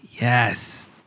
Yes